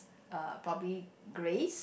uh probably grace